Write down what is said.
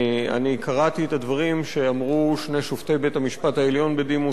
אני קראתי את הדברים שאמרו שני שופטי בית-המשפט העליון בדימוס,